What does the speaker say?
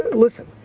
listen,